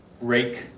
rake